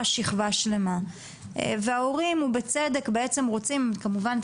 שכבה שלמה וההורים ובצדק בעמם רוצים כמובן,